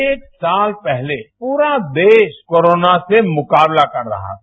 एक साल पहले पूरा देश कोरोना से मुकाबला कर रहा था